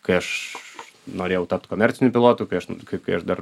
kai aš norėjau tapt komerciniu pilotu kai aš n kai kai aš dar